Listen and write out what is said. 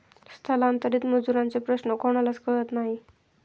स्थलांतरित मजुरांचे प्रश्न कोणालाच कळत नाही